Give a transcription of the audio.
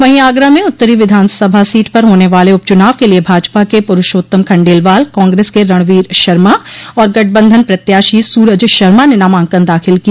वहीं आगरा में उत्तरी विधानसभा सीट पर होने वाले उप चुनाव के लिये भाजपा के पुरूषोत्तम खंडेलवाल कांग्रेस के रणवीर शर्मा और गठबंधन प्रत्याशी सूरज शर्मा ने नामांकन दाखिल किया